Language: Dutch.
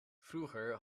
vroeger